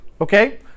Okay